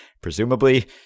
Presumably